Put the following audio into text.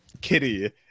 Kitty